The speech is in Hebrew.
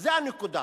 וזה הנקודה,